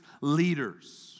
leaders